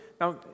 Now